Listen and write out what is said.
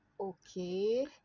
Okay